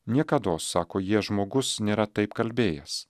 niekados sako jie žmogus nėra taip kalbėjęs